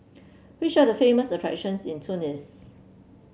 which are the famous attractions in Tunis